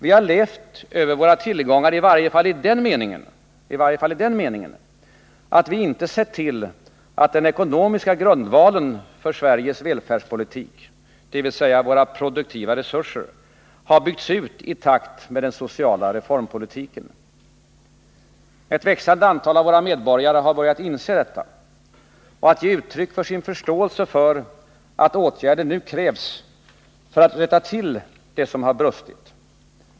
Vi har levt över våra tillgångar, i varje fall i den meningen att vi inte sett till att den ekonomiska grundvalen för Sveriges välfärdspolitik, dvs. våra produktiva resurser, har byggts ut i takt med den sociala reformpolitiken. Ett växande antal av våra medborgare har börjat inse detta och börjat ge uttryck för sin förståelse för att åtgärder nu krävs för att rätta till det som har brustit.